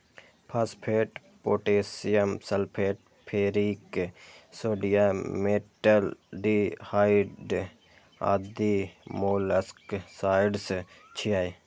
phosphate, potassium sulphate, ferric sodium, metaldehyde आदि molluscicides छियै